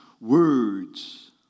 words